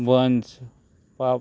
बंस पाप